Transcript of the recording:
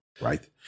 right